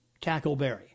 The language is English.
Tackleberry